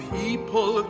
people